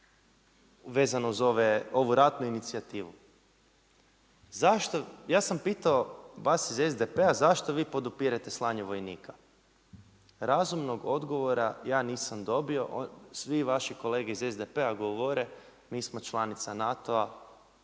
vezano za ovu ratnu inicijativu. Ja sam pitao vas iz SDP-a zašto vi podupirete slanje vojnika. Razumnog odgovora ja nisam dobio, svi vaši kolege iz SDP-a govore mi smo članica NATO,